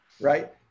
Right